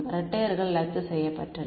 இரட்டையர்கள் ரத்து செய்யப்பட்டனர்